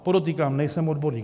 Podotýkám, nejsem odborník.